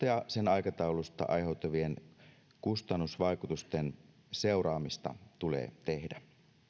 ja sen aikataulusta aiheutuvien kustannusvaikutusten seuraamista tulee tehdä